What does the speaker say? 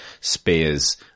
spears